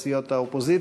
את סיעות האופוזיציה,